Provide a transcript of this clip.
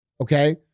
okay